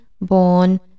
born